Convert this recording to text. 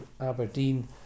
Aberdeen